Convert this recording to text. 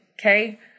Okay